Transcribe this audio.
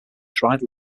dried